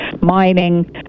mining